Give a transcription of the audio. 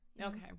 okay